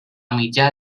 mitjà